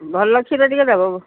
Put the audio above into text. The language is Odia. ଭଲ କ୍ଷୀର ଟିକେ ଦେବ